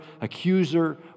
accuser